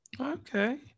Okay